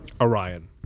Orion